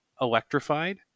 electrified